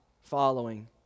following